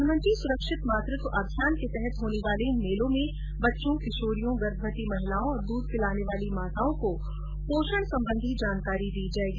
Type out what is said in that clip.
प्रधानमंत्री सुरक्षित मातृत्व अभियान के तहत होने वाले इन मेलों में बच्चों किशोरियों गर्भवती महिलाओं और दूध पिलाने वाली माताओं को पोषण संबंधी जानकारी दी जाएगी